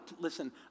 listen